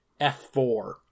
f4